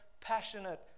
passionate